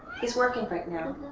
he's working right now.